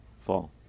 fall